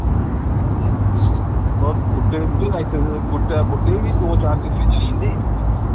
हां जी और गुट्टे दे बूह्टे वि लाई सकदे ओ गुट्टे दा गुट्टे वि दो चार किस्म च आइंदे